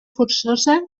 forçosa